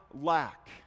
lack